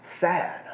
sad